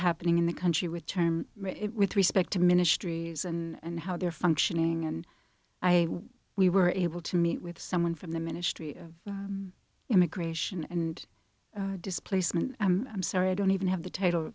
happening in the country with term with respect to ministries and how they're functioning and i we were able to meet with someone from the ministry of immigration and displacement i'm sorry i don't even have the title